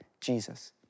Jesus